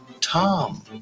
Tom